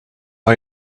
are